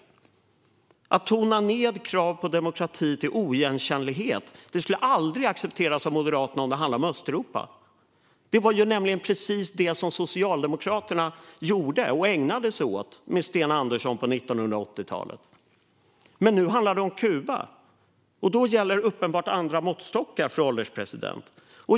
Att tona ned krav på demokrati till oigenkännlighet skulle aldrig accepteras av Moderaterna om det handlade om Östeuropa. Det var nämligen precis just detta som Socialdemokraterna och Sten Andersson ägnade sig åt på 1980-talet. Nu handlar det om Kuba, och då gäller uppenbarligen andra måttstockar, fru ålderspresident.